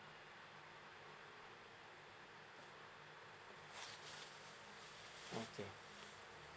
okay